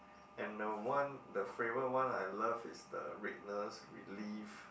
and the one the favorite one I love is the redness relief